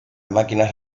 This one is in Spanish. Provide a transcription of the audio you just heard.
máquinas